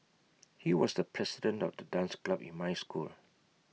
he was the president of the dance club in my school